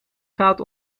gaat